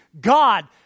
God